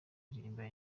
aririmba